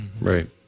right